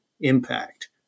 impact